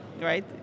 right